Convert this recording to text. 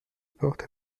porte